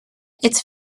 its